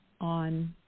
on